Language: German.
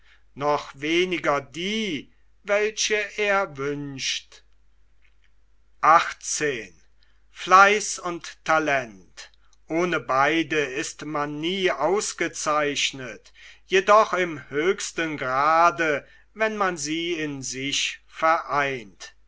noch weniger die welche er wünscht ohne beide ist man nie ausgezeichnet jedoch im höchsten grade wenn man sie in sich vereint